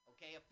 Okay